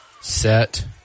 set